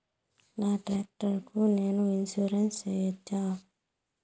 నా టాక్టర్ కు నేను ఇన్సూరెన్సు సేయొచ్చా?